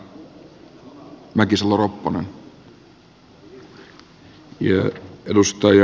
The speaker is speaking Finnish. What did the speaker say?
arvoisa herra puhemies